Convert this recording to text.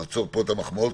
נעצור פה את המחמאות,